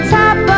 top